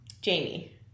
Jamie